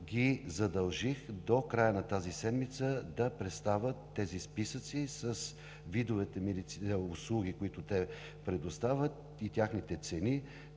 ги задължих до края на тази седмица да представят списъците с видовете медицински услуги, които предоставят, и техните цени,